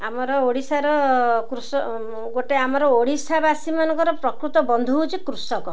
ଆମର ଓଡ଼ିଶାର ଗୋଟେ ଆମର ଓଡ଼ିଶାବାସୀ ମାନଙ୍କର ପ୍ରକୃତ ବନ୍ଧୁ ହେଉଛି କୃଷକ